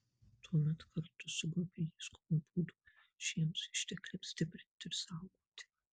tuomet kartu su grupe ieškome būdų šiems ištekliams stiprinti ir saugoti